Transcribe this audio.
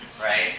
Right